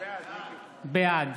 בעד